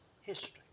history